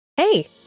Hey